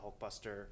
Hulkbuster